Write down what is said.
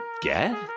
get